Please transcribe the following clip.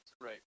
right